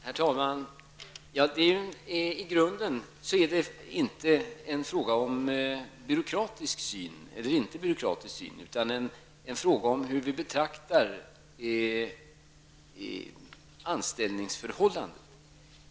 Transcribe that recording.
Herr talman! I grunden är detta inte en fråga om en byråkratisk syn eller inte utan en fråga om hur vi betraktar anställningsförhållanden.